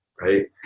right